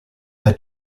her